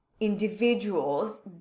individuals